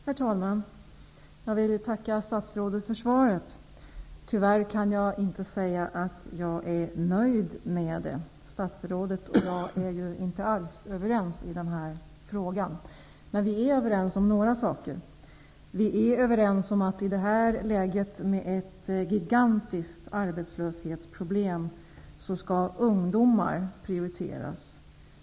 Herr talman! Jag vill tacka statsrådet för svaret. Tyvärr kan jag inte säga att jag är nöjd med det. Statsrådet och jag är ju inte alls överens i den här frågan. Men vi är överens om några saker, bl.a. om att i detta läge med ett gigantiskt arbetslöshetsproblem skall ungdomar prioriteras.